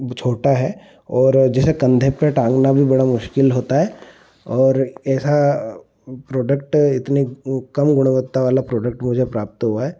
छोटा है और जिसे कंधे पर टांगना भी बड़ा मुश्किल होता है और ऐसा प्रोडक्ट इतनी कम गुणवत्ता वाला प्रोडक्ट मुझे प्राप्त हुआ है